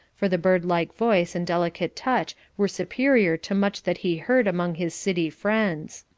for the bird-like voice and delicate touch were superior to much that he heard among his city friends.